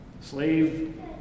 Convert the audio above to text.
Slave